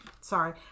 Sorry